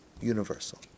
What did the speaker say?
universal